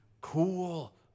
Cool